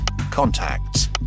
contacts